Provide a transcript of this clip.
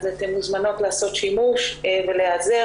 אז אתן מוזמנות לעשות שימוש ולהיעזר